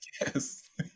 Yes